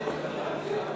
אישור הוראות בצו תעריף המכס